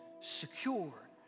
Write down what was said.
secure